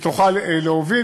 שתוכל להוביל,